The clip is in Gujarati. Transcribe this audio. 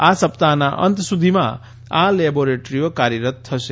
આ સપ્તાહના અંત સુધીમાં આ લેબોરેટરીઓ કાર્યરત થશે